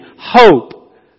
hope